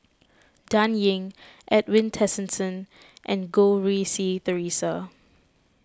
Dan Ying Edwin Tessensohn and Goh Rui Si theresa